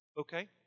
Okay